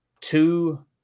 two